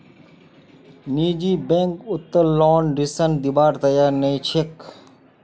निजी बैंक उत्तोलन ऋण दिबार तैयार नइ छेक